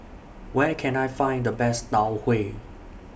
Where Can I Find The Best Tau Huay